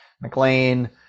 McLean